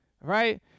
right